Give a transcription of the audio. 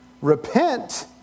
Repent